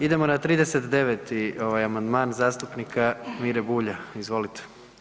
Idemo na 39. ovaj amandman zastupnika Mire Bulja, izvolite.